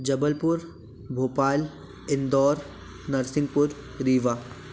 Jabalpur Bhopal Indore Narsinghpur Rewa